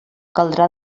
caldrà